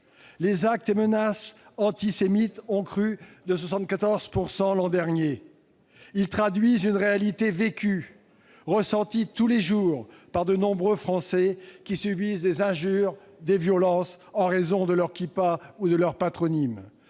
Les actes et les menaces antisémites ont crû de 74 % l'an dernier. Ils traduisent une réalité vécue et ressentie tous les jours par de nombreux Français qui subissent des injures, des violences, en raison de leur kippa ou de leur patronyme,